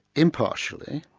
impartially,